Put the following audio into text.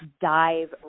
dive